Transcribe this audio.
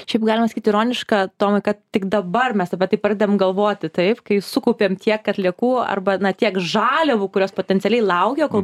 šiaip galima sakyt ironiška tomai kad tik dabar mes apie tai pradedam galvoti taip kai sukaupėm tiek atliekų arba na tiek žaliavų kurios potencialiai laukia kol